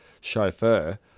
chauffeur